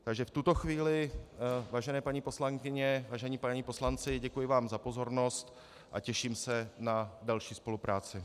Takže v tuto chvíli, vážené paní poslankyně, vážení páni poslanci, děkuji vám za pozornost a těším se na další spolupráci.